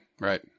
Right